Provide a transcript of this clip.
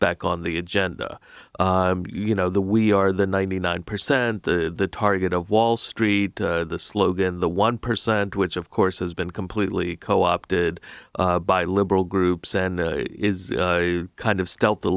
back on the agenda you know the we are the ninety nine percent the target of wall street the slogan the one percent which of course has been completely co opted by liberal groups and is kind of stealth the